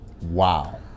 Wow